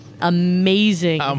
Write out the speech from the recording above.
amazing